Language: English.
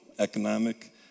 economic